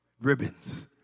ribbons